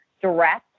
direct